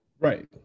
Right